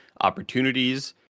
opportunities